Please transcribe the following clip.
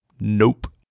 Nope